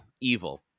evil